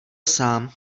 sám